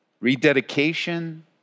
rededication